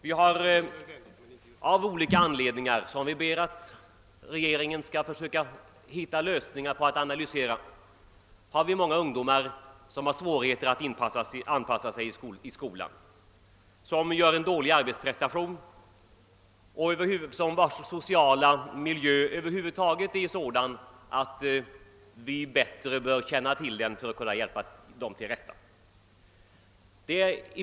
Det finns av olika anledningar — som vi begär att regeringen skall analysera för att man skall kunna lösa problemen — många ungdomar som har svårigheter att anpassa sig i skolan, som gör en dålig arbetsprestation och vilkas sociala miljö är sådan att vi bör känna till mer om den för att kunna hjälpa dem till rätta.